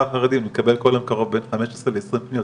החרדי ומקבל כל יום קרוב לבין 15 ל-20 פניות,